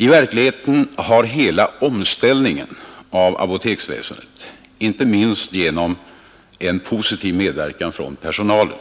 I verkligheten har hela omställningen av apoteksväsendet, inte minst genom positiv medverkan från personalen,